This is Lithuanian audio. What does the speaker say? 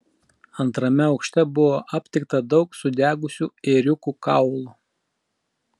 antrame aukšte buvo aptikta daug sudegusių ėriukų kaulų